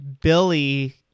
Billy